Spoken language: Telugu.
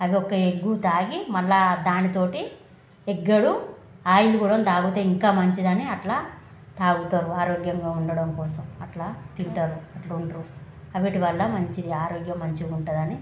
అదొక ఎగ్గు తాగి మళ్ళా దానితోటి ఎగ్గడు ఆయిల్ కూడా తాగితే ఇంకా మంచిదని అట్లా తాగుతారు ఆరోగ్యంగా ఉండడం కోసం అట్లా తింటారు అట్లుంటారు అవిటి వల్ల మంచిది ఆరోగ్యం మంచిగుంటదని